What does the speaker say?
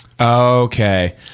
okay